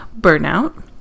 burnout